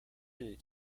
and